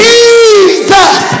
Jesus